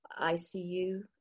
icu